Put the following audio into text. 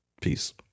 Peace